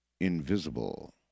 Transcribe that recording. invisible